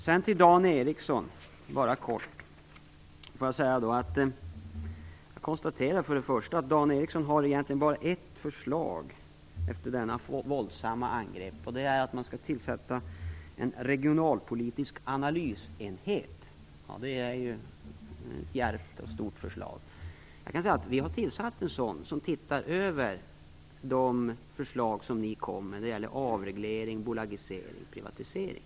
Sedan vill jag helt kort till Dan Ericsson säga att Dan Ericsson bara har ett förslag efter sitt våldsamma angrepp. Det är att man skall tillsätta en regionalpolitisk analysenhet. Det är ju ett djärvt förslag. Vi har tillsatt en sådan grupp som ser över de förslag som ni lade fram när det gäller avreglering, bolagisering och privatisering.